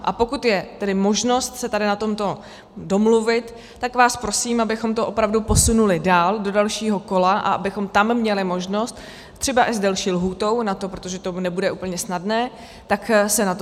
A pokud je možnost se tady na tomto domluvit, tak vás prosím, abychom to opravdu posunuli dál, do dalšího kola, a abychom tam měli možnost, třeba i s delší lhůtou, protože to nebude úplně snadné, tak se na to zaměřit.